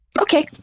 Okay